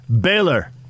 Baylor